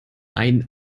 einen